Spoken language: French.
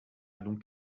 donc